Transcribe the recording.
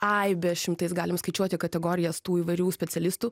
aibė šimtais galim skaičiuoti kategorijas tų įvairių specialistų